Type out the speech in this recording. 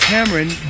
Cameron